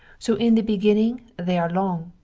so in the beginning they are long,